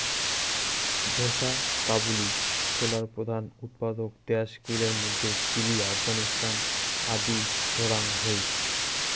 ঢোসা কাবুলি ছোলার প্রধান উৎপাদক দ্যাশ গুলার মইধ্যে চিলি, আফগানিস্তান আদিক ধরাং হই